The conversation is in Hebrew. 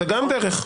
זה גם דרך.